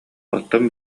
оттон